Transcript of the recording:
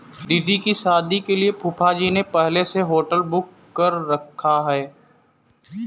दीदी की शादी के लिए फूफाजी ने पहले से होटल बुक कर रखा है